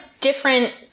different